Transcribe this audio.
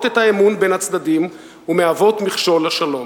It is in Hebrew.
את האמון בין הצדדים ומהוות מכשול לשלום.